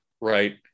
right